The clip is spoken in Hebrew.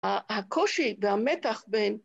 הקושי והמתח בין